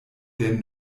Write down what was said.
der